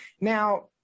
Now